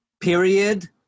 period